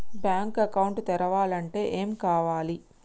Bank account తెరవాలంటే ఏమేం కావాలి?